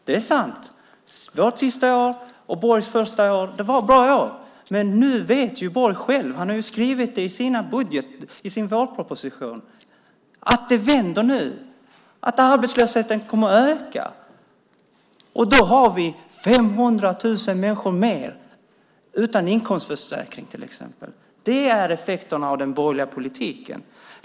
Det är sant att vårt sista år och Borgs första år var bra år, men Borg vet själv - han har skrivit det i sin vårproposition - att det vänder nu, att arbetslösheten kommer att öka. Då har vi 500 000 människor mer utan till exempel inkomstförsäkring. Det är effekten av den borgerliga politiken.